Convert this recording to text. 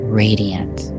radiant